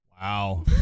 Wow